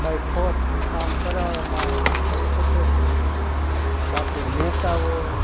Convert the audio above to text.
by force કામ કરાવવામાં આવે તો કરી શકે છે બાકી નેતાઓ